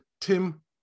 Tim